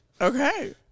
Okay